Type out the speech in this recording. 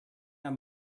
have